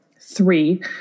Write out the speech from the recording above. three